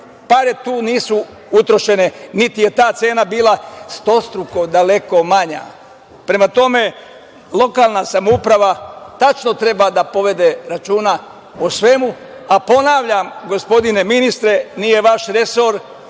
pare tu nisu utrošene, niti je ta cena bila stostruko, daleko manja. Prema tome, lokalna samouprava tačno treba da povede računa o svemu. Ponavljam, gospodine ministre, nije vaš resor,